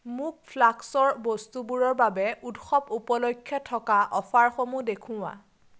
মোক ফ্লাস্কৰ বস্তুবোৰৰ বাবে উৎসৱ উপলক্ষে থকা অ'ফাৰসমূহ দেখুওৱা